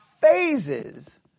phases